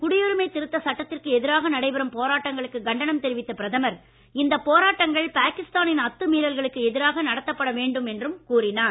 குடியுரிமை திருத்தச் சட்டத்திற்கு எதிராக நடைபெறும் போராட்டங்களுக்கு கண்டனம் தெரிவித்த பிரதமர் இந்தப் போராட்டங்கள் பாகிஸ்தானின் அத்துமீறல்களுக்கு எதிராக நடத்தப்பட வேண்டும் என்று கூறினார்